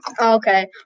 Okay